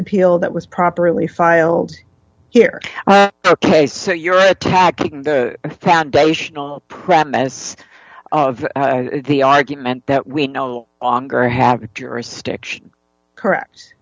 appeal that was properly filed here ok so you're attacking the foundational premise of the argument that we no longer have jurisdiction correct